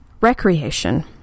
recreation